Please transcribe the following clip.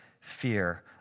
fear